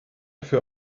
für